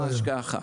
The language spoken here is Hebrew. ממש ככה.